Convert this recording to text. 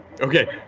Okay